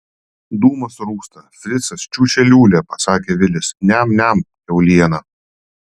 dūmas rūksta fricas čiūčia liūlia pasakė vilis niam niam kiaulieną